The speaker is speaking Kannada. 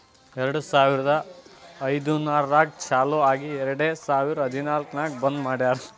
ಎರಡು ಸಾವಿರದ ಐಯ್ದರ್ನಾಗ್ ಚಾಲು ಆಗಿ ಎರೆಡ್ ಸಾವಿರದ ಹದನಾಲ್ಕ್ ನಾಗ್ ಬಂದ್ ಮಾಡ್ಯಾರ್